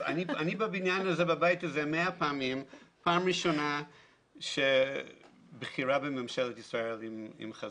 אני בבית הזה 100 פעמים ופעם ראשונה שבכירה בממשלת ישראל עם חזון.